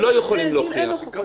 והוא לא אחראי על-פי החוק.